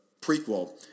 prequel